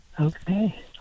Okay